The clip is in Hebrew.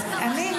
הבנתי.